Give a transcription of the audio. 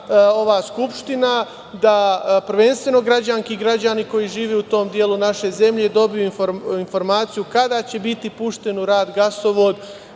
ova Skupština, prvenstveno građanke i građani koji žive u tom delu naše zemlje, dobiju informaciju kada će biti pušten u rad gasovod